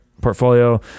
portfolio